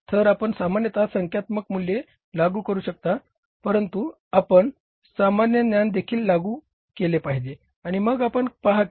तर आपण सामान्यतः संख्यात्मक मूल्ये लागू करू शकता परंतु आपण सामान्य ज्ञान देखील लागू केले पाहिजे आणि मग आपण पहा की